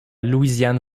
louisiane